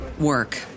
work